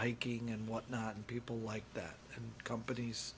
hiking and whatnot and people like that and companies